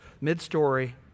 mid-story